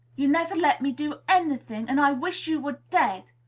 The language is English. you never let me do any thing, and i wish you were dead!